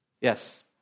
Yes